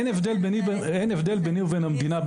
אין הבדל ביני ובין המדינה.